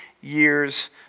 years